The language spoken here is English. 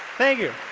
thank you,